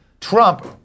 Trump